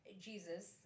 Jesus